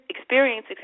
experience